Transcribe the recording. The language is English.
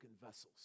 vessels